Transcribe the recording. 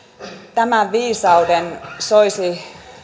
tämän viisauden soisi